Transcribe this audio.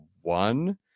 one